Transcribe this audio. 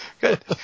Good